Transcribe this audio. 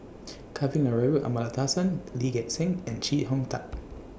Kavignareru Amallathasan Lee Gek Seng and Chee Hong Tat